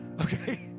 Okay